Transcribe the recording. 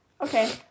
Okay